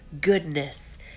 goodness